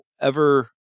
ever-